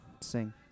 sing